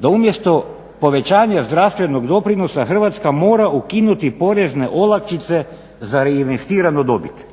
da umjesto povećanja zdravstvenog doprinosa Hrvatska mora ukinuti porezne olakšice za reinvestiranu dobit.